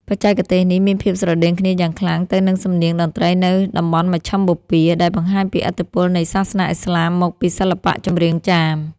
បច្ចេកទេសនេះមានភាពស្រដៀងគ្នាយ៉ាងខ្លាំងទៅនឹងសំនៀងតន្ត្រីនៅតំបន់មជ្ឈិមបូព៌ា ដែលបង្ហាញពីឥទ្ធិពលនៃសាសនាឥស្លាមមកលើសិល្បៈចម្រៀងចាម។